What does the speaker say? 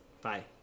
Bye